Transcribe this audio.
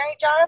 job